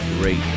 great